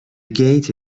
gate